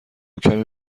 کمی